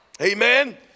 Amen